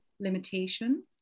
limitation